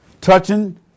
touching